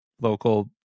local